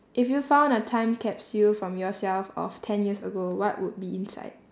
if you found a time capsule from yourself of ten years ago what would be inside